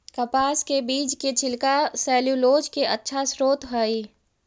कपास के बीज के छिलका सैलूलोज के अच्छा स्रोत हइ